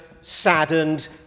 saddened